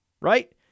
right